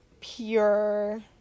pure